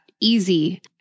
easy